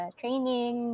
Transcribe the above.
training